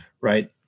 right